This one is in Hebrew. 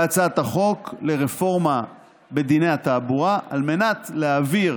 בהצעת החוק לרפורמה בדיני התעבורה, על מנת להעביר